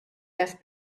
less